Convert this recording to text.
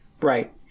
Right